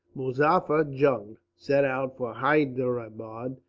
muzaffar jung set out for hyderabad,